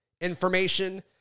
information